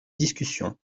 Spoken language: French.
discussion